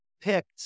picked